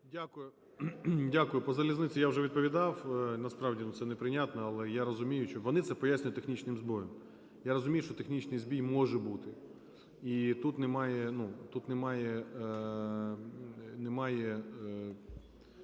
Дякую. По залізниці я вже відповідав. Насправді це неприйнятно. Але я розумію, що… Вони це пояснюють технічним збоєм. Я розумію, що технічний збій може бути і тут немає